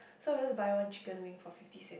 so we just buy one chicken wing for fifty cent